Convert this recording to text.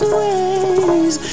ways